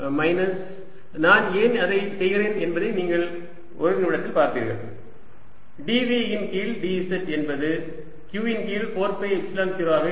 minus நான் ஏன் அதைச் செய்கிறேன் என்பதை நீங்கள் ஒரு நிமிடத்தில் பார்ப்பீர்கள் dv இன் கீழ் dz என்பது q இன் கீழ் 4 பை எப்சிலன் 0 ஆக இருக்கும்